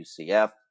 UCF